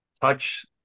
touch